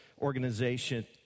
organization